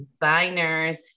designers